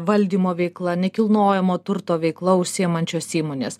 valdymo veikla nekilnojamo turto veikla užsiimančios įmonės